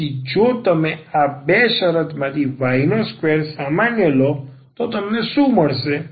તેથી જો તમે આ બે શરત માંથી y નો સ્ક્વેર સામાન્ય લો તો તમને શું મળશે